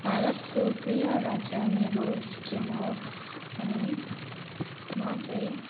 भारतको प्रिय राज्य मेरो सिक्किम हो अनि म चाहिँ